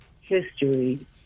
history